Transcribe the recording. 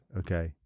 okay